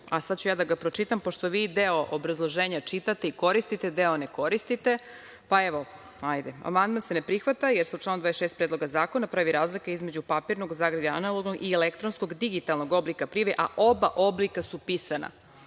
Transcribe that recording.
a sada ću ja da ga pročitam, pošto vi deo obrazloženja čitate i koristite, deo ne koristite – amandman se ne prihvata jer se u članu 26. Predloga zakona pravi razlika između papirnog, u zagradi, analognog i elektronskog, digitalnog oblika, a oba oblika su pisana.